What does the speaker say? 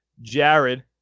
Jared